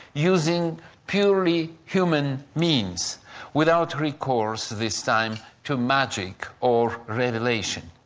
using purely human means without recourse this time, to magic or revelation.